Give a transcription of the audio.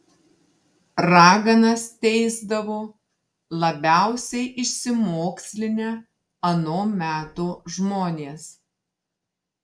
raganas teisdavo labiausiai išsimokslinę ano meto žmonės